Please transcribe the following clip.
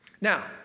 Now